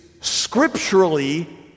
scripturally